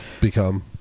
become